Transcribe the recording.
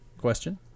question